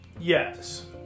Yes